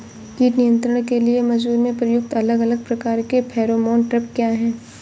कीट नियंत्रण के लिए मसूर में प्रयुक्त अलग अलग प्रकार के फेरोमोन ट्रैप क्या है?